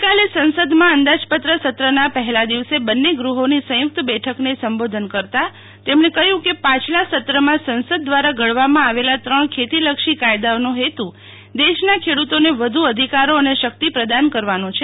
ગઈકાલે સંસદમાં અંદાજપત્ર સત્રના પહેલા દિવસે બંને ગ્રહોનો સયુંકત બેઠકને સબોધન કરતાં તેમણે કહયું હતું કે પાછલા સત્રમાં સંસદમાં ઘડવામાં આવેલા ત્રણ ખેતી લક્ષી કાયદાઓનો હેતુ દેશના ખેડૂતોને વધુ અધિકારો પદાન કરવાનો છે